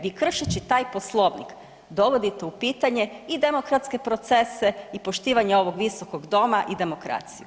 Vi kršeći taj Poslovnik dovodite u pitanje i demokratske procese i poštivanje ovog Visokog doma i demokraciju.